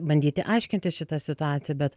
bandyti aiškintis šitą situaciją bet